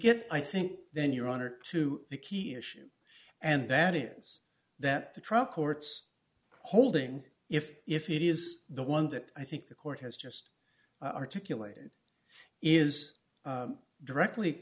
get i think then your honor to the key issue and that is that the trial court's holding if if it is the one that i think the court has just articulated is directly